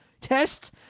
test